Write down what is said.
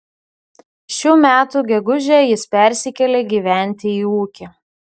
šių metų gegužę jis persikėlė gyventi į ūkį